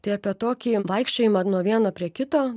tai apie tokį vaikščiojimą nuo vieno prie kito